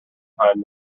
time